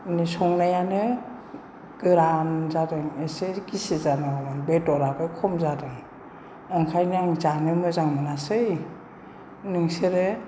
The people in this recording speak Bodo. नोंनि संनायानो गोरान जादों एसे गिसि जानांगौमोन बेदराबो खम जादों ओंखायनो आं जानो मोजां मोनासै नोंसोरो